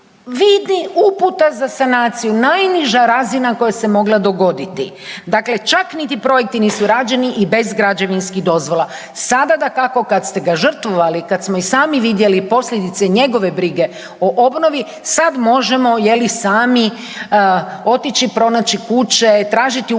Vidi, uputa za sanaciju, najniža razina koja se mogla dogoditi. Dakle, čak niti projekti nisu rađeni i bez građevinskih dozvola. Sada dakako kad ste ga žrtvovali, kad smo i sami vidjeli posljedice njegove brige o obnovi, sad možemo je li, sami otići pronaći kuće, tražiti USKOK